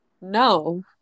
No